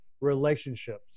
relationships